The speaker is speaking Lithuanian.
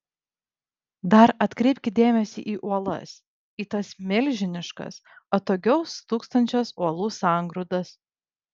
dar atkreipkit dėmesį į uolas į tas milžiniškas atokiau stūksančias uolų sangrūdas